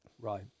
Right